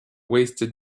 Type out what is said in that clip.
wasted